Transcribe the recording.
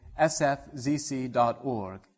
sfzc.org